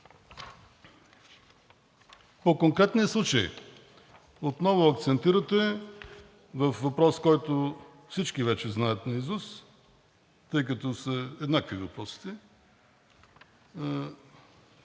По конкретния случай. Отново акцентирате във въпрос, който всички вече знаят наизуст, тъй като са еднакви въпросите,